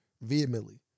vehemently